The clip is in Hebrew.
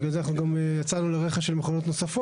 בגלל זה אנחנו גם יצאנו לרכש של מכונות נוספות.